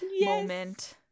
moment